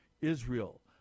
Israel